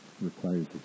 requires